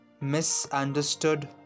misunderstood